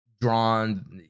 drawn